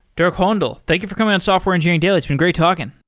dirk hohndel, thank you for coming on software engineering daily. it's been great talking.